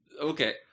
Okay